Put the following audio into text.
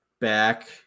back –